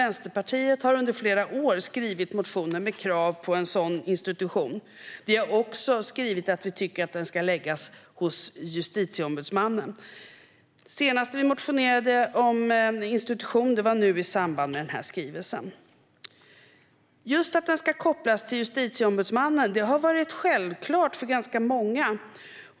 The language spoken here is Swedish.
Vänsterpartiet har under flera år skrivit motioner med krav på en sådan institution. Vi har också skrivit att vi tycker att den ska läggas hos Justitieombudsmannen. Senast som vi motionerade om en institution var nu i samband med denna skrivelse. Att den ska kopplas till Justitieombudsmannen har varit självklart för ganska många.